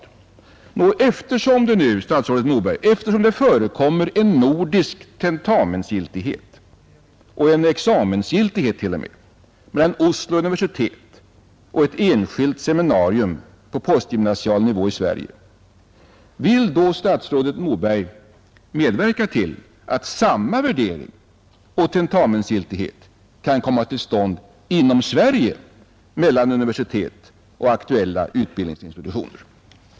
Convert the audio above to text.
Jag vill fråga statsrådet Moberg om statsrådet, med hänsyn till att det förekommer en nordisk tentamensoch t.o.m. examensgiltighet mellan Oslo universitet och ett enskilt seminarium på postgymnasial nivå i Sverige vill medverka till att samma värdering och tentamensgiltighet kan komma till stånd inom Sverige mellan universitet och aktuella utbildningsinstitutioner.